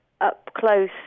up-close